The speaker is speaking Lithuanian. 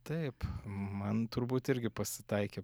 taip man turbūt irgi pasitaikė